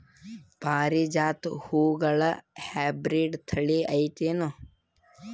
ಪಾರಿಜಾತ ಹೂವುಗಳ ಹೈಬ್ರಿಡ್ ಥಳಿ ಐತೇನು?